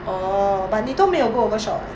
orh but 你都没有 go overshot [what]